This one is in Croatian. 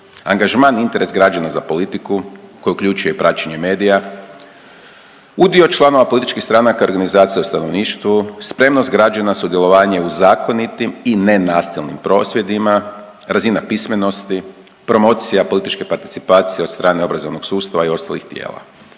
angažman i interes građana za politiku koja uključuje i praćenje medija, udio članova političkih stranaka i organizacija u stanovništvu, spremnost građana na sudjelovanje u zakonitim i nenasilnim prosvjedima, razina pismenosti, promocija političke participacije od strane obrazovnog sustava i ostalih tijela.